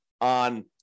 on